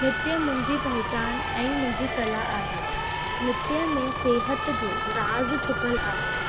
नृत्य मुंहिंजी पहचान ऐं मुंहिंजी कला आहे नृत्य में सिहत जो राज़ छुपियलु आहे